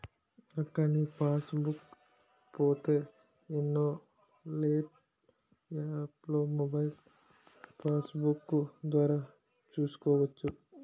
అక్కా నీ passbook పోతో యోనో లైట్ యాప్లో మొబైల్ పాస్బుక్కు ద్వారా చూసుకోవచ్చు